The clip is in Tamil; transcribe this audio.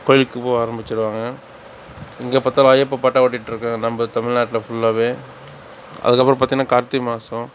கோயிலுக்கு போக ஆரம்பித்துடுவாங்க எங்கே பார்த்தாலும் ஐயப்பன் பாட்டாக ஓடிட்டிருக்கும் நம்ம தமிழ்நாட்டில் ஃபுல்லாகவே அதுக்கப்புறம் பார்த்தினா கார்த்திகை மாதம்